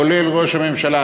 כולל ראש הממשלה,